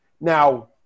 Now